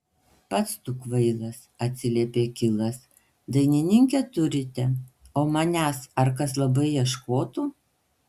pats tu kvailas atsiliepė kilas dainininkę turite o manęs ar kas labai ieškotų